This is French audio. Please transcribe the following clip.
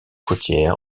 côtière